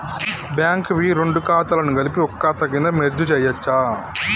Bank వి రెండు ఖాతాలను కలిపి ఒక ఖాతా కింద మెర్జ్ చేయచ్చా?